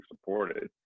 supported